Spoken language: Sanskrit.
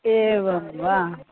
एवं वा